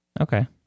Okay